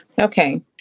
Okay